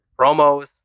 promos